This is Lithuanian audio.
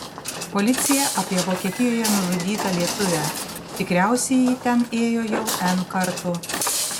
policija apie vokietijoje nužudytą lietuvę tikriausiai ji ten ėjo jau n kartų